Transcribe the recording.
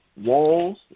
walls